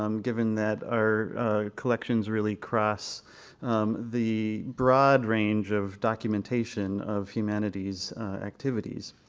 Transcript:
um given that our collections really cross the broad range of documentation of humanities activities.